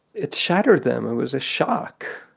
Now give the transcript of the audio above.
it shattered them, it was a shock.